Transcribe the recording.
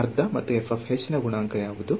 ಅರ್ಧ ಮತ್ತು ನ ಗುಣಾಂಕ ಯಾವುದು